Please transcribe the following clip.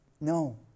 no